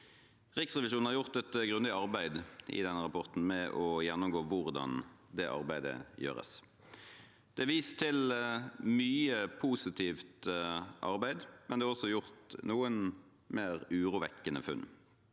Riksrevisjonen har gjort et grundig arbeid i denne rapporten med å gjennomgå hvordan dette arbeidet gjøres. Det er vist til mye positivt arbeid, men det er også gjort noen mer urovekkende funn.